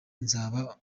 nzaza